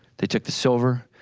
they took the silver,